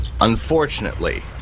Unfortunately